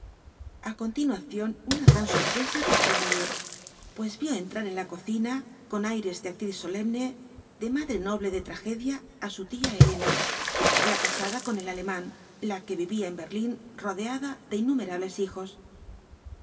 a continuación una gran sorpresa para desnoyers pues vio entrar en la cocina con aires de actriz solemne de madre noble de tragedia á su tía elena la casada con el alemán la que vivía en berlín rodeada de innumerables hijos